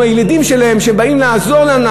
אנחנו ידידים שלהם, שבאים לעזור להם.